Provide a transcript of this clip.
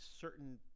certain